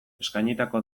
eskainitako